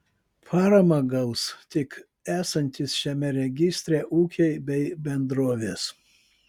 paramą gaus tik esantys šiame registre ūkiai bei bendrovės